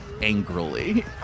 Angrily